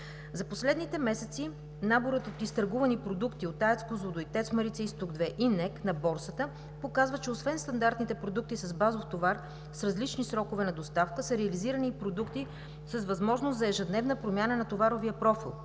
За последните месеци наборът от изтъргувани продукти от АЕЦ „Козлодуй“, ТЕЦ „Марица изток 2“ и НЕК на борсата показва, че освен стандартните продукти с базов товар с различни срокове на доставка са реализирани продукти с възможност за ежедневна промяна на товаровия профил,